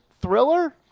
Thriller